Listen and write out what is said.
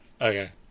Okay